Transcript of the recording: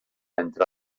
entre